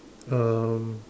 um